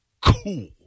cool